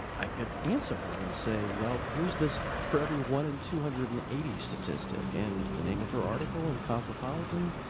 i could answer her and say, well, here's this for every one in two hundred and eighty, statistic. and the name of her article in cosmopolitan,